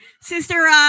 Sister